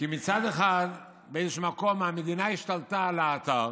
מצד אחד באיזשהו מקום המדינה השתלטה על האתר,